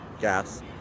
gas